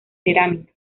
cerámica